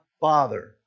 father